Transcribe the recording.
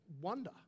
wonder